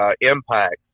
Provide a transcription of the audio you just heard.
Impact